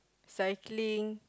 cycling